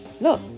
Look